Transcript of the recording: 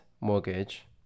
mortgage